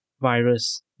virus